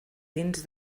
dins